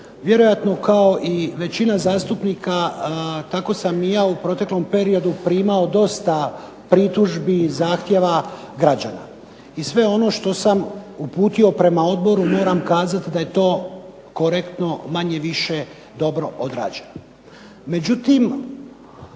Vjerojatno kao i većina zastupnika tako sam i ja u proteklom periodu primao dosta pritužbi i zahtjeva građana. I sve ono što sam uputio prema odboru moram kazati da je to korektno manje-više dobro odrađeno.